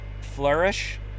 Flourish